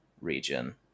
Region